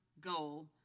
goal